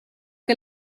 che